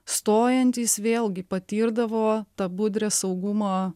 stojantys vėlgi patirdavo tą budrią saugumo